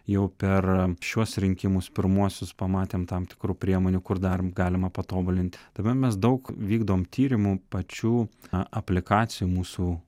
jau per šiuos rinkimus pirmuosius pamatėm tam tikrų priemonių kur dar galima patobulint tai va mes daug vykdome tyrimu pačių aplikacijų mūsų